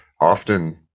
often